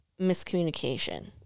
miscommunication